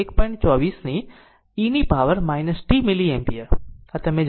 24 e ની power t milliampere